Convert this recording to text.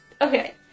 Okay